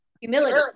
Humility